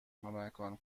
مکان